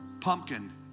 pumpkin